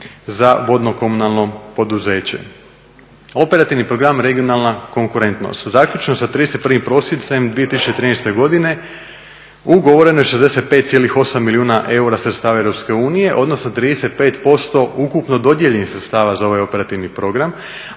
za vodno komunalno poduzeće. Operativni program regionalna konkurentnost, zaključeno sa 31.prosincem 2013.godine ugovoreno je 65,8 milijuna eura sredstava EU odnosno 35% ukupno dodijeljeno sredstava za ovaj operativni program,